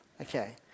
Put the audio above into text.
Okay